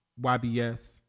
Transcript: YBS